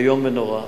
איום ונורא.